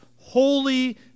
holy